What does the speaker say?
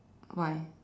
why